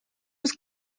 was